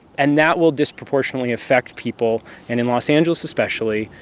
and that will disproportionately affect people and in los angeles especially,